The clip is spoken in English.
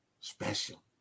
Special